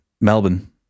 Melbourne